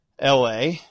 LA